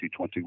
2021